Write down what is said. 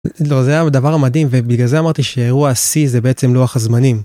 זה הדבר המדהים ובגלל זה אמרתי שאירוע השיא זה בעצם לוח הזמנים